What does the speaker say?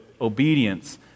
obedience